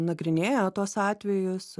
nagrinėja tuos atvejus